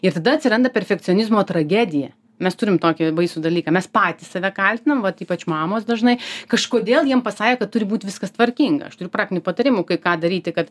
ir tada atsiranda perfekcionizmo tragedija mes turim tokį baisų dalyką mes patys save kaltinam vat ypač mamos dažnai kažkodėl jiem pasakė kad turi būt viskas tvarkinga aš turiu praktinių patarimų kai ką daryti kad